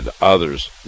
others